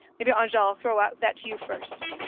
maybe angele, i'll throw that to you first.